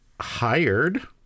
hired